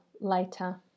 later